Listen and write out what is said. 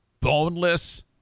boneless